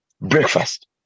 Breakfast